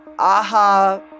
aha